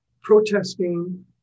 protesting